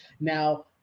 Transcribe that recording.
Now